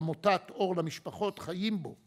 מוטת אור למשפחות חיים בו.